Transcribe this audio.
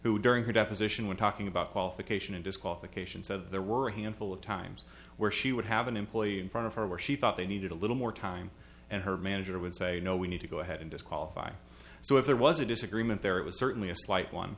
who during her deposition when talking about qualification and disqualification said there were a handful of times where she would have an employee in front of her where she thought they needed a little more time and her manager would say you know we need to go ahead and disqualify so if there was a disagreement there it was certainly a slight one